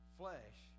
flesh